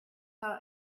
saw